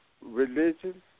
religion